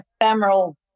ephemeral